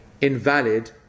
invalid